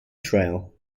trail